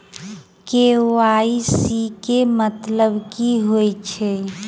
KYC केँ मतलब की होइ छै?